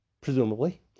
presumably